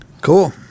cool